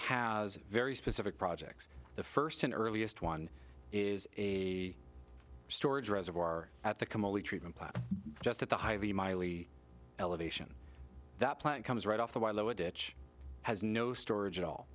has very specific projects the first and earliest one is a storage reservoir at the commodity treatment plant just at the highly miley elevation the plant comes right off the lower ditch has no storage at all